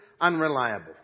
unreliable